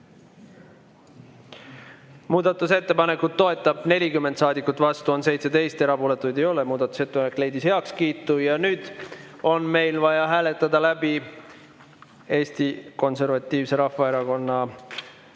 Muudatusettepanekut toetab 40 saadikut, vastu on 17, erapooletuid ei ole. Muudatusettepanek leidis heakskiitu. Nüüd on meil vaja läbi hääletada Eesti Konservatiivse Rahvaerakonna